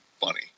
funny